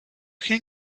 can